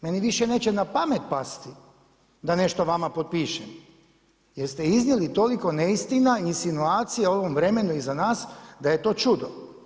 Meni više neće na pamet pasti da nešto vama potpišem jer ste iznijeli toliko neistina, insinuacija o ovom vremenu iza nas da je to čudo.